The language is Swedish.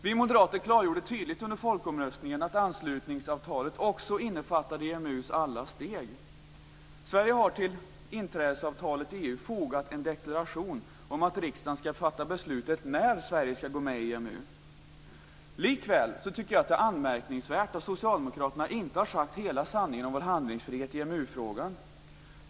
Vi moderater klargjorde tydligt under folkomröstningen att anslutningsavtalet också innefattade EMU:s alla steg. Sverige har dock till inträdesavtalet i EU fogat en deklaration att riksdagen skall fatta beslutet när Sverige skall gå med i EMU. Likväl är det anmärkningsvärt att Socialdemokraterna inte sagt hela sanningen om vår handlingsfrihet i EMU-frågan.